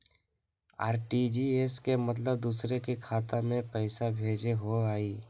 RTGS के मतलब दूसरे के खाता में पईसा भेजे होअ हई?